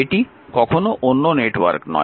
এটি কখনও অন্য নেটওয়ার্ক নয়